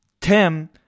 Tim